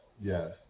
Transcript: yes